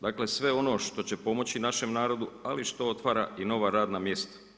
Dakle, sve ono što će pomoći našem narodu, ali što otvara i nova radna mjesta.